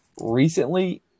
recently